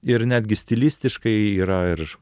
ir netgi stilistiškai yra ir